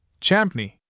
Champney